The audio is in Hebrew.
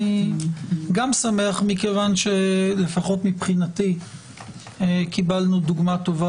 אני גם שמח כי לפחות מבחינתי קיבלנו דוגמה טובה